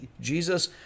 Jesus